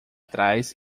trás